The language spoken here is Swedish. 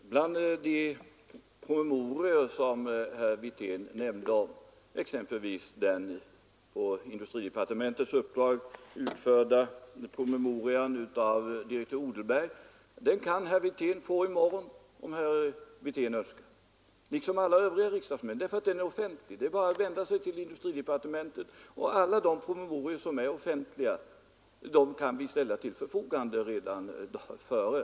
Fru talman! Bland de promemorior som herr Wirtén nämnde var den Tisdagen den på industridepartementets uppdrag av direktör Odelberg utarbetade 19 mars 1974 promemorian. Exempelvis denna kan herr Wirtén få i morgon, om herr Wirtén önskar det, liksom alla övriga riksdagsmän, för den är offentlig. Det är bara att vända sig till industridepartementet — alla de promemoskapande åtgärder rior som är offentliga kan vi ställa till förfogande redan i morgon.